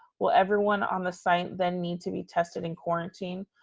will everyone on the site then need to be tested and quarantined?